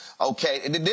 okay